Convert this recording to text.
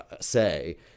say